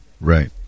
Right